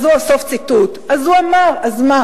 אז הוא אמר, אז מה?